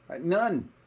None